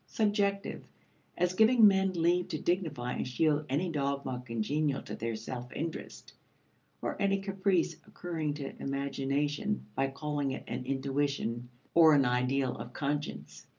subjective as giving men leave to dignify and shield any dogma congenial to their self-interest or any caprice occurring to imagination by calling it an intuition or an ideal of conscience.